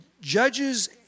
Judges